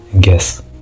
guess